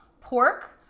Pork